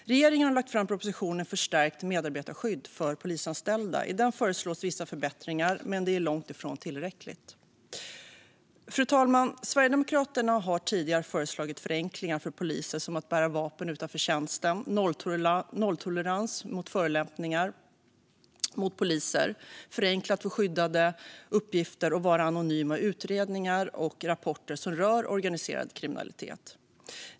Regeringen har lagt fram propositionen Ett förstärkt medarbetarskydd för polisanställda . I den föreslås vissa förbättringar, men det är långt ifrån tillräckligt. Fru talman! Sverigedemokraterna har tidigare föreslagit förenklingar för poliser. Det handlar om att bära vapen utanför tjänsten, om nolltolerans mot förolämpningar mot poliser, om att det ska vara enklare att få skyddade uppgifter och om att vara anonym i utredningar och rapporter som rör organiserad kriminalitet.